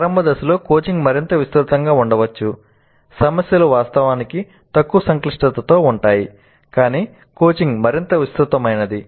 ప్రారంభ దశలలో కోచింగ్ మరింత విస్తృతంగా ఉండవచ్చు సమస్యలు వాస్తవానికి తక్కువ సంక్లిష్టతతో ఉంటాయి కానీ కోచింగ్ మరింత విస్తృతమైనది